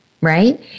Right